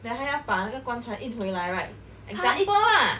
then 他要把那个棺材运回来 example lah